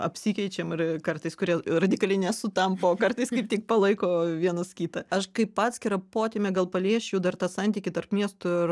apsikeičiam ir kartais kurie radikaliai nesutampa o kartais kaip tik palaiko vienas kitą aš kaip atskirą potemę gal paliesčiau dar tą santykį tarp miestų ir